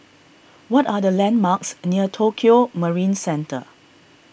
what are the landmarks near Tokio Marine Centre